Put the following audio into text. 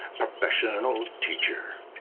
professional teacher,